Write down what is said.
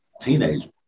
teenager